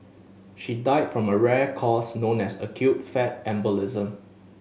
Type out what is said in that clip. she died from a rare cause known as acute fat embolism